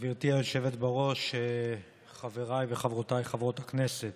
גברתי היושבת בראש, חבריי וחברותיי חברות הכנסת,